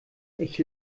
ich